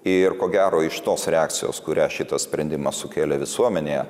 ir ko gero iš tos reakcijos kurią šitas sprendimas sukėlė visuomenėje